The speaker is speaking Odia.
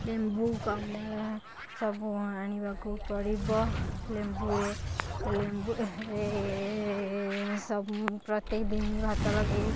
ଲେମ୍ବୁ କମଳା ସବୁ ଆଣିବାକୁ ପଡ଼ିବ ଲେମ୍ବୁରେ ଲେମ୍ବୁରେ ସବୁ ପ୍ରତ୍ୟେକ ଦିନ ଭାତ ଲଗାଇକି